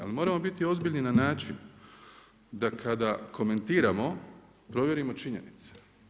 Ali moramo biti ozbiljni na način da kada komentiramo provjerimo činjenice.